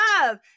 love